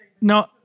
No